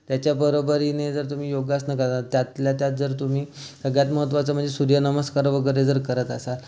त्याच्या बरोबरीने जर तुम्ही योगासनं कराल त्यातल्या त्यात जर तुम्ही सगळ्यात महत्त्वाचं म्हणजे तुम्ही सूर्यनमस्कार वगैरे जर करत असाल तर